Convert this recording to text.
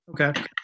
Okay